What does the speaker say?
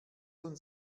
uns